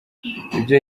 ibyo